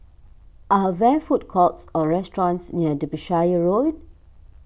are there food courts or restaurants near Derbyshire Road